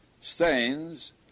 stains